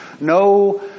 No